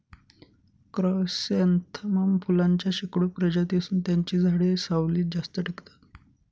chrysanthemum फुलांच्या शेकडो प्रजाती असून त्यांची झाडे सावलीत जास्त टिकतात